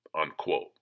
unquote